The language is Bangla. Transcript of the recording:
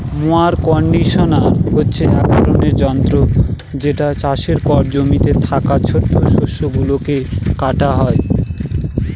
মোয়ার কন্ডিশনার হচ্ছে এক ধরনের যন্ত্র যেটা চাষের পর জমিতে থাকা ছোট শস্য গুলোকে কাটা হয়